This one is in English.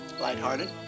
lighthearted